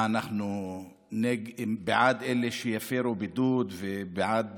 מה, אנחנו בעד אלה שיפרו בידוד ובעד